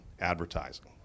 advertising